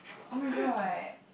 oh-my-god